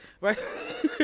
right